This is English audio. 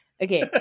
Okay